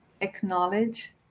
acknowledge